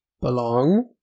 belong